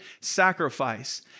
sacrifice